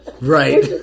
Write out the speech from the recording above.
Right